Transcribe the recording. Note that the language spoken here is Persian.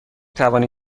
توانی